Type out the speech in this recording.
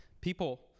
people